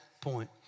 point